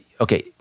okay